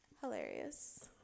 Hilarious